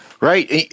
Right